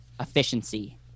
efficiency